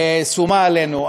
שׂומה עלינו,